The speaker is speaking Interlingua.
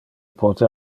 pote